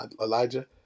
Elijah